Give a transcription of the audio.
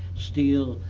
steel.